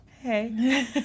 hey